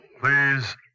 Please